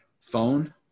phone